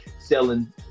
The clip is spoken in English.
selling